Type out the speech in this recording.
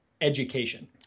education